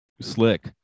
slick